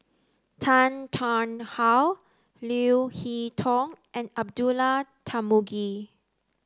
Tan Tarn How Leo Hee Tong and Abdullah Tarmugi